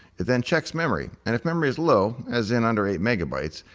it then checks memory and if memory is low, as in under eight megabytes,